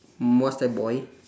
what's that boy